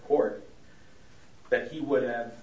court that he would have